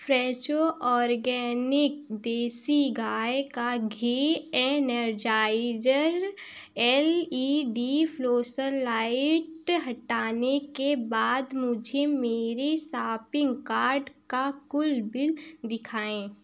Fresho organic देसी गाय का घी एनेरजाईजर एल ई डी फ़्लोस लाइट हटाने के बाद मुझे मेरे सापिंग कार्ट का कुल बिल दिखाएँ